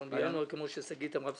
1 בינואר כמו ששגית אמרה.